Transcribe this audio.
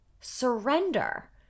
surrender